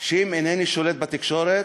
שאם אינני שולט בתקשורת,